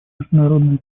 международные